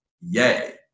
yay